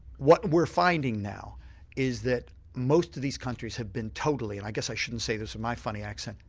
what we're finding now is that most of these countries have been totally, and i guess i shouldn't say this with my funny accent,